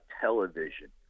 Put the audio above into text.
television